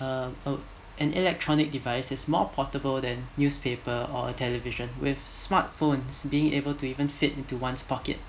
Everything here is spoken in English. err uh an electronic device is more portable than newspaper or a television with smart phones being able to even fit into one's pocket